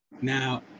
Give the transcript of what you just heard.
Now